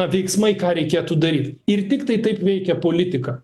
veiksmai ką reikėtų daryt ir tiktai taip veikia politika